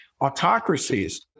Autocracies